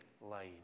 line